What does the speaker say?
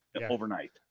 overnight